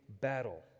battle